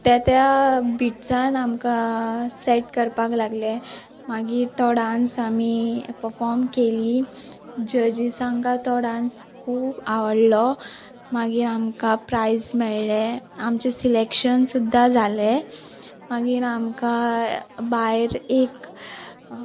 त्या त्या बिट्सान आमकां सेट करपाक लागले मागीर तो डांस आमी पफोम केली जजीसांकां तो डांस खूब आवडलो मागीर आमकां प्रायज मेळ्ळे आमचे सिलेक्शन सुद्दां जाले मागीर आमकां भायर एक